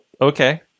Okay